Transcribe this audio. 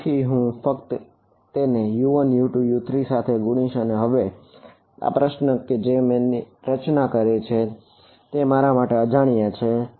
તેથી હું ફક્ત તેને U1U2U3 સાથે ગુણીશ અને હવે તે આ પ્રશ્ન જેની મેં રચના કરી છે તેમાં મારા માટે અજાણ્યા છે